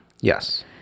Yes